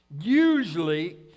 usually